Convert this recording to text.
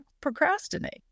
procrastinate